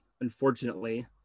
unfortunately